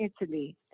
Italy